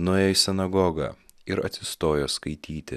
nuėjo į sinagogą ir atsistojo skaityti